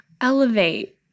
elevate